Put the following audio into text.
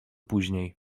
później